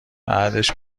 بعدش